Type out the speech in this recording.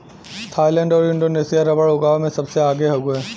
Thailand आउर Indonesia rubber उगावे में सबसे आगे हउवे